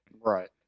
Right